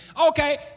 Okay